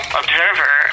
observer